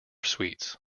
sweets